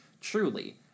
truly